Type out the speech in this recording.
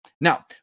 Now